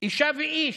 אישה ואיש,